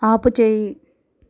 ఆపుచేయి